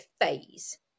phase